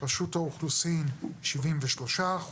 רשות האוכלוסין 73%,